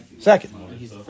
Second